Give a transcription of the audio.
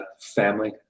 family